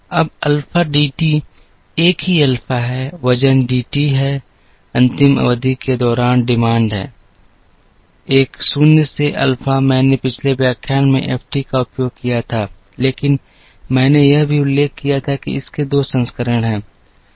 अब alpha D T एक ही अल्फा है वजन डी टी है अंतिम अवधि के दौरान मांग है 1 शून्य से अल्फा मैंने पिछले व्याख्यान में एफ टी का उपयोग किया था लेकिन मैंने यह भी उल्लेख किया था कि इसके 2 संस्करण हैं